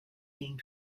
being